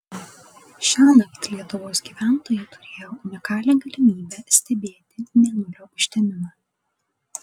šiąnakt lietuvos gyventojai turėjo unikalią galimybę stebėti mėnulio užtemimą